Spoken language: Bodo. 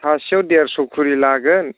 सासेयाव देरस' खरि लागोन